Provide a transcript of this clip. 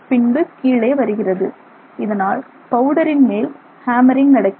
பின்பு கீழே வருகிறது இதனால் பவுடரின் மேல் ஹேமரிங் நடக்கிறது